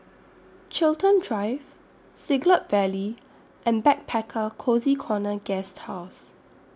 Chiltern Drive Siglap Valley and Backpacker Cozy Corner Guesthouse